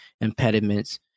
impediments